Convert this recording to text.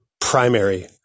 primary